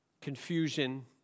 confusion